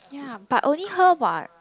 ya but only her what